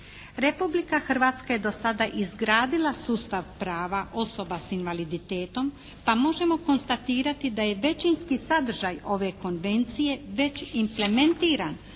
Republika Hrvatska je do sada izgradila sustava prava osoba sa invaliditetom pa možemo konstatirati da je većinski sadržaj ove Konvencije već implementiran